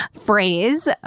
phrase